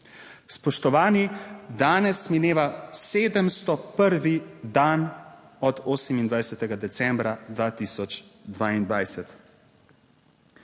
Spoštovani, danes mineva 701. dan od 28. decembra 2022.